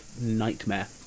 nightmare